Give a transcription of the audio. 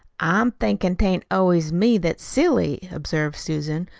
i'm thinkin' tain't always me that's silly, observed susan,